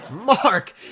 Mark